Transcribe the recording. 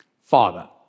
Father